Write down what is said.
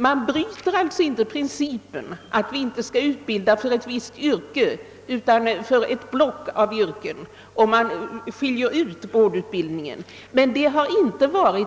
Vi bryter alltså inte principen att inte utbilda för ett visst yrke utan för ett block av yrken, om vi skiljer ut vårdutbildningen. Det avgörande för